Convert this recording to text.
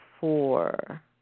four